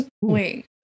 Wait